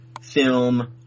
film